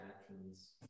actions